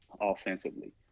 offensively